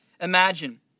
imagine